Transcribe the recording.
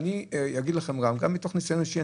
אני מדבר גם מתוך ניסיון אישי.